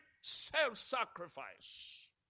self-sacrifice